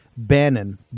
Bannon